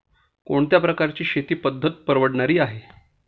कोणत्या प्रकारची शेती पद्धत परवडणारी आहे?